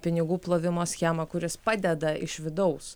pinigų plovimo schemą kuris padeda iš vidaus